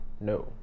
no